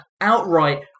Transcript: outright